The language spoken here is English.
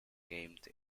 games